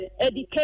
Education